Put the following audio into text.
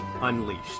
Unleashed